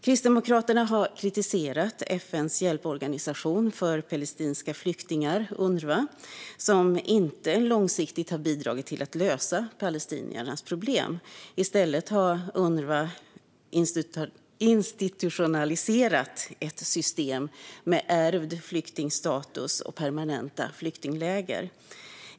Kristdemokraterna har kritiserat FN:s hjälporganisation för palestinska flyktingar, UNRWA, som inte långsiktigt har bidragit till att lösa palestiniernas problem. I stället har UNRWA institutionaliserat ett system med ärvd flyktingstatus och permanenta flyktingläger.